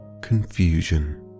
confusion